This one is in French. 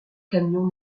camion